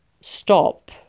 stop